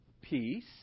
Peace